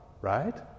right